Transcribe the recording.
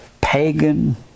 pagan